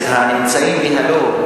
נא להצביע.